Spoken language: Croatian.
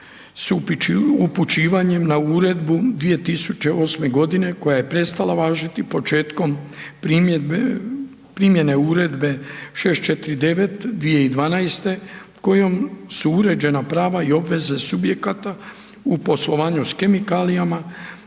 s upućivanjem na Uredbu 2008.g. koja je prestala važiti početkom primjene Uredbe 649/2012 kojom su uređena prava i obveze subjekata u poslovanju s kemikalijama